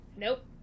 nope